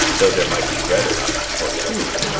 though there might be bread enough for two,